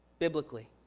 biblically